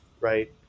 right